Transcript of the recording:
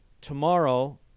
Tomorrow